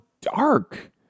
dark